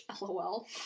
lol